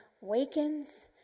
wakens